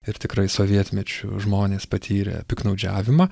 ir tikrai sovietmečiu žmonės patyrė piktnaudžiavimą